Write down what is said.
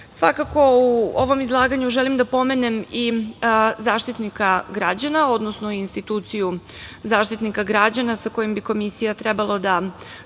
prava. Svakako u ovom izlaganju želim da pomenem i Zaštitnika građana, odnosno instituciju Zaštitnika građana sa kojim bi Komisija trebalo da